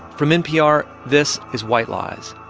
from npr, this is white lies,